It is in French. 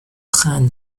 train